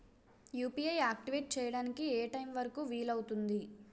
UPI activate చెయ్యడానికి ఏ time వరుకు వీలు అవుతుంది?